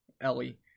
Ellie